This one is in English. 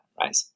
right